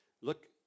Look